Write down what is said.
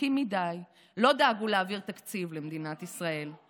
ארוכים מדי, לא דאגו להעביר תקציב למדינת ישראל.